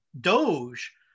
Doge